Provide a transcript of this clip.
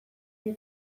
mila